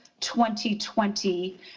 2020